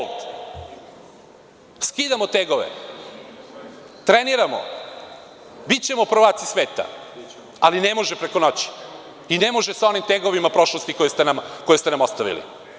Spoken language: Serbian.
Skidamo tegove, treniramo, bićemo prvaci sveta, ali ne može preko noći i ne može sa onim tegovima prošlosti koje ste nam ostavili.